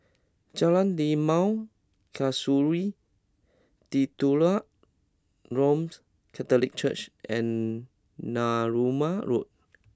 Jalan Limau Kasturi Titular Roman Catholic Church and Narooma Road